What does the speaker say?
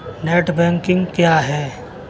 Net banking क्या है?